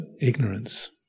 ignorance